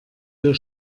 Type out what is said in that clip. wir